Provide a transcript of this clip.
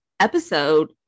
episode